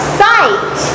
sight